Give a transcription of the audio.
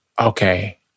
okay